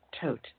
tote